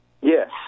Yes